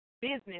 business